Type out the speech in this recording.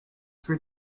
for